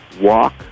walk